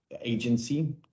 agency